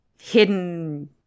hidden